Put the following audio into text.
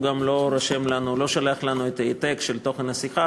הוא גם לא שולח לנו העתק של תוכן השיחה,